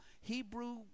Hebrew